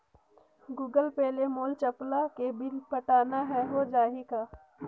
Google Pay ले मोल चपला के बिल पटाना हे, हो जाही का?